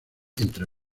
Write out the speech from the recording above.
entre